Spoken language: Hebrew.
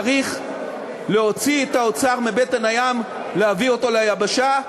צריך להוציא את האוצר מבטן הים, להביא אותו ליבשה.